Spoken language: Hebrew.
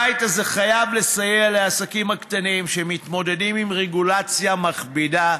הבית הזה חייב לסייע לעסקים הקטנים שמתמודדים עם רגולציה מכבידה,